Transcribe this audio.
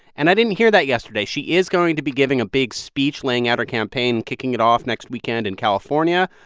and i didn't hear that yesterday. she is going to be giving a big speech laying out her campaign and kicking it off next weekend in california.